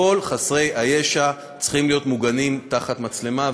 כל חסרי הישע צריכים להיות מוגנים תחת מצלמה.